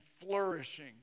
flourishing